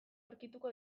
aurkituko